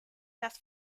das